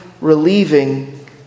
relieving